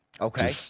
Okay